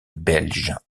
belge